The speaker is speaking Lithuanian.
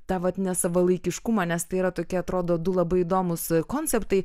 tą vat nesavalaikiškumą nes tai yra tokie atrodo du labai įdomūs konceptai